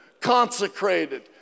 consecrated